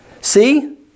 See